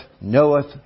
knoweth